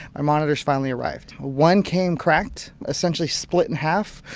our monitors finally arrived. one came cracked, essentially split in half,